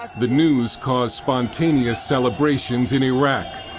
the news caused spontaneous celebrations in iraq,